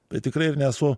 tai tikrai nesu